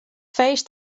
feest